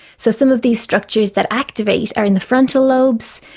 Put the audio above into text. so some of these structures that activate are in the frontal lobes,